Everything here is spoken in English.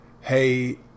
Hey